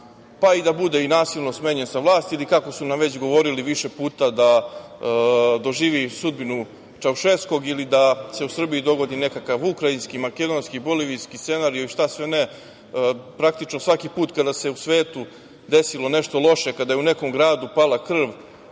pa i da bude nasilno smenjen sa vlasti ili kako su nam već govorili više puta da doživi sudbinu Čaušeskog ili da se u Srbiji dogodi nekakav ukrajinski, makedonski, bolivijski scenario i šta sve ne. Praktično, svaki put kada se u svetu desilo nešto loše, kada je u nekom gradu pala krv,